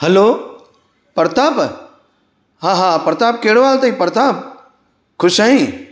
hello Pratap हा हा प्रताप कहिड़ो हाल अथई प्रताप ख़ुशि आई